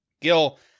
Gil